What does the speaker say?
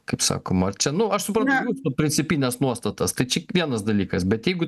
kaip sako marcė aš suprantu jūsų principines nuostatas tai čia vienas dalykas bet jeigu